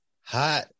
hot